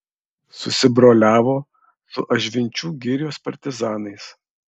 susibroliavo su ažvinčių girios partizanais